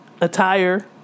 attire